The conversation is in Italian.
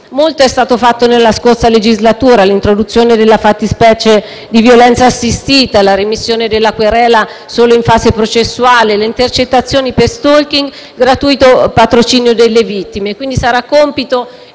Molto è stato fatto nella scorsa legislatura: l'introduzione della fattispecie di violenza assistita, la remissione della querela solo in fase processuale, le intercettazioni per *stalking*, il gratuito patrocinio delle vittime.